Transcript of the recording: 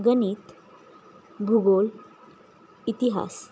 गणित भूगोल इतिहास